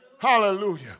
Hallelujah